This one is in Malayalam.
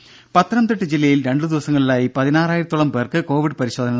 ദേദ പത്തനംതിട്ട ജില്ലയിൽ രണ്ടുദിവസങ്ങളിലായി പതിനാറായിരത്തോളം പേർക്ക് കോവിഡ് പരിശോധന നടത്തി